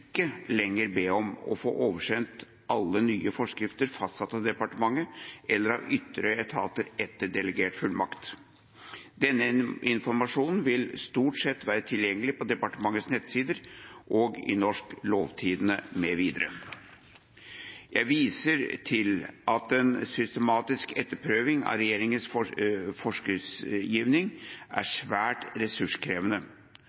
lenger be om å få oversendt alle nye forskrifter fastsatt av et departement eller av ytre etater etter delegert fullmakt. Denne informasjonen vil stort sett være tilgjengelig på departementets nettsider, i Norsk Lovtidend m.v. Jeg viser til at en systematisk etterprøving av regjeringas forskriftsgivning er svært ressurskrevende,